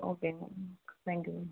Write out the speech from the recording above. ஓகேங்க ma'am thank you ma'am